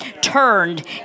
turned